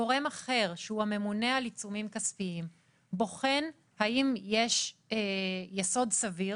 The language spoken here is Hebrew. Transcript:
גורם אחר שהוא הממונה על עיצומים כספיים בוחן האם יש יסוד סביר